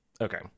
Okay